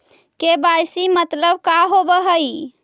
KYC मतलब का होव हइ?